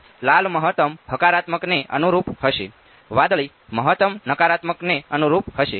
તેથી લાલ મહત્તમ હકારાત્મકને અનુરૂપ હશે વાદળી મહત્તમ નકારાત્મકને અનુરૂપ હશે